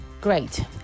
great